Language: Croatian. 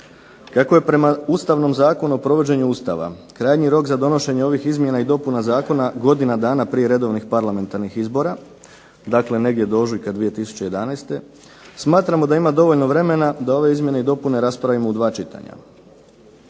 Kako je prema Ustavnom zakonu o provođenju Ustava krajnji rok za donošenje ovih izmjena i dopuna zakona godina dana prije redovnih parlamentarnih izbora, dakle negdje do ožujka 2011., smatramo da ima dovoljno vremena da ove izmjene i dopune raspravimo u dva čitanja.